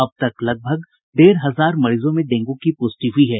अब तक लगभग डेढ़ हजार मरीजों में डेंगू की पूष्टि हुयी है